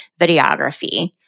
videography